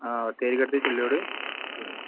ആ ബത്തേരിക്കടുത്ത് ചില്ലോട്